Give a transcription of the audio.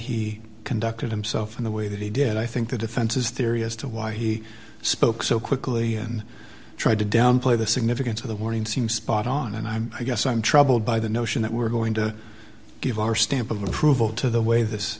he conducted himself in the way that he did i think the defense's theory as to why he spoke so quickly and tried to downplay the significance of the warning seems spot on and i'm i guess i'm troubled by the notion that we're going to give our stamp of approval to the way this